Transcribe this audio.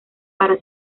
para